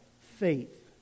faith